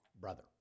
brother